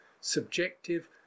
subjective